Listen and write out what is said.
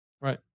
Right